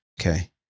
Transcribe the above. okay